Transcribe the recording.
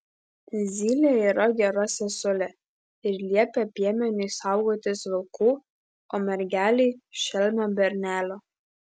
zylė yra gera sesulė ir liepia piemeniui saugotis vilkų o mergelei šelmio bernelio